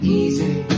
easy